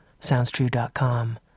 SoundsTrue.com